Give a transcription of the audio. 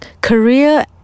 Career